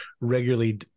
regularly